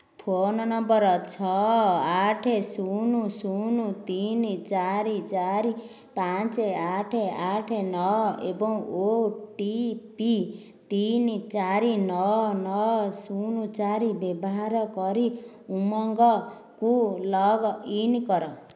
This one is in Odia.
ଫୋନ ନମ୍ବର ଛଅ ଆଠ ଶୂନ ଶୂନ ତିନି ଚାରି ଚାରି ପାଞ୍ଚ ଆଠ ଆଠ ନଅ ଏବଂ ଓ ଟି ପି ତିନି ଚାରି ନଅ ନଅ ଶୂନ ଚାରି ବ୍ୟବହାର କରି ଉମଙ୍ଗକୁ ଲଗ୍ ଇନ୍ କର